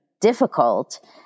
difficult